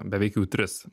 beveik jau tris